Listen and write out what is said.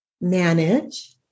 manage